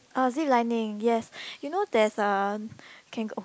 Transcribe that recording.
oh ziplining yes you know there's a you can go